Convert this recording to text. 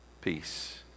peace